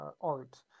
art